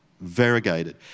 Variegated